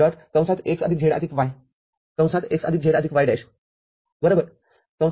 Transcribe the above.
x z y